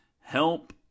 help